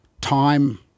Time